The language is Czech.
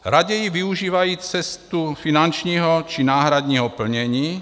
Raději využívají cestu finančního či náhradního plnění.